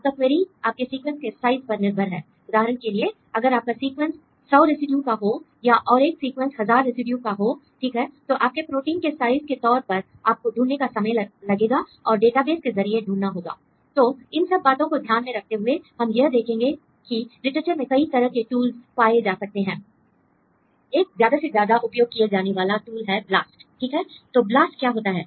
आपका क्वेरी आपके सीक्वेंस के साइज पर निर्भर है उदाहरण के लिए अगर आपका सीक्वेंस 100 रेसिड्यू का हो या और एक सीक्वेंस 1000 रेसिड्यू का हो ठीक है तो आपके प्रोटीन के साइज के तौर पर आपको ढूंढने का समय लगेगा और डेटाबेस के जरिए ढूंढना होगा l तो इन सब बातों को ध्यान में रखते हुए हम यह देखेंगे कि लिटरेचर में कई तरह के टूल्स पाए जा सकते हैं l एक ज्यादा से ज्यादा उपयोग किए जाने वाला टूल है ब्लास्ट ठीक है तो ब्लास्ट क्या होता है